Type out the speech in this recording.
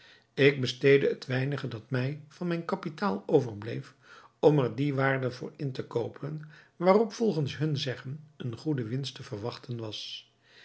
ik besteedde het weinige dat mij van mijn kapitaal overbleef om er die waren voor in te koopen waarop volgens hun zeggen eene goede winst te verwachten was